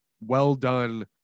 well-done